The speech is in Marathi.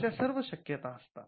अशा सर्व शक्यता असतात